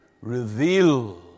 reveal